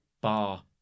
Bar